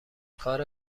کار